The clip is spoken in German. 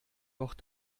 doch